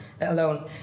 alone